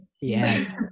Yes